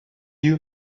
you